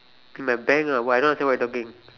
in my bank ah what I don't understand what you talking